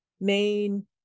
main